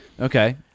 Okay